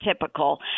typical